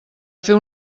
fer